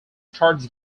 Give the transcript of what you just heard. starts